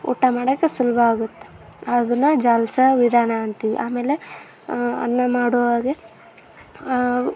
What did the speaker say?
ಊಟ ಮಾಡಕ್ಕೆ ಸುಲಭ ಆಗುತ್ತೆ ಅದನ್ನೇ ಜಾಲ್ಸೋ ವಿಧಾನ ಅಂತೀವಿ ಆಮೇಲೆ ಅನ್ನ ಮಾಡುವಾಗ